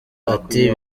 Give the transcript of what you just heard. ati